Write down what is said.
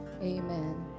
amen